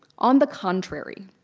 on the contrary,